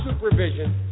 supervision